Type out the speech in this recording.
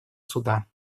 суда